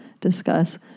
discuss